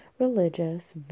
Religious